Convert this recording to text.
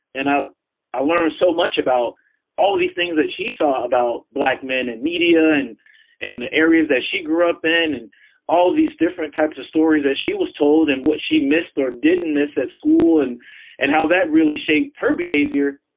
and i learned so much about all of these things that she saw about black men in media and in areas that she grew up in and all these different types of stories that she was told and what she missed or didn't miss at school and and how that really shaped her behavior.